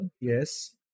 yes